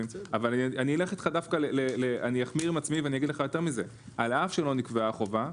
אבל אני אחמיר עם עצמי ואני אגיד לך יותר מזה: על אף שלא נקבעה החובה,